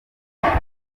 mihigo